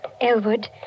Elwood